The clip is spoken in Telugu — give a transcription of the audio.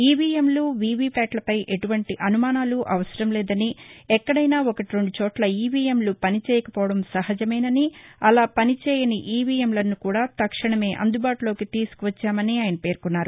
ఈవీఎంలు వివిప్యాట్లపై ఎటువంటి అనుమానాలు అవసరం లేదని ఎక్కడైనా ఒకటి రెండు చోట్ల ఈవీఎంలు పనిచేయకపోవడం సహజమేనని అలా పనిచేయని ఈవీఎంలను కూడా తక్షణమే అందుబాటులోకి తీసుకు వచ్చామని ఆయన పేర్కొన్నారు